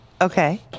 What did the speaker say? okay